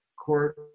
court